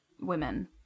women